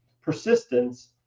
persistence